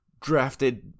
Drafted